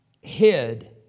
hid